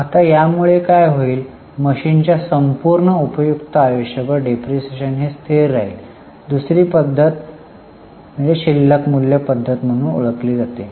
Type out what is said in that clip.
आता यामुळे काय होईल मशीनच्या संपूर्ण उपयुक्त आयुष्यभर डिप्रीशीएशन हे स्थिर राहील दुसरी पद्धत शिल्लक मूल्य पद्धत म्हणून ओळखली जाते